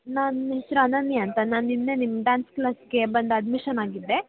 ನನ್ನ ಹೆಸರು ಅನನ್ಯ ಅಂತ ನಾನು ನಿನ್ನೆ ನಿಮ್ಮ ಡ್ಯಾನ್ಸ್ ಕ್ಲಾಸ್ಗೆ ಬಂದು ಅಡ್ಮಿಶನ್ ಆಗಿದ್ದೆ